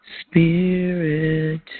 spirit